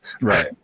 Right